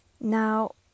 Now